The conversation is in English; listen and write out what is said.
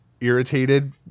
irritated